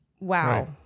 Wow